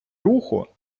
руху